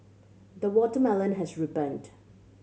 the watermelon has ripened